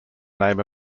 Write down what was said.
name